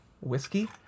whiskey